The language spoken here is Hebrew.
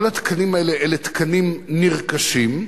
כל התקנים האלה הם תקנים נרכשים,